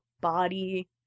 body